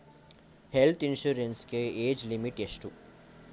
Health insurance ಗೆ age limit ಎಷ್ಟು?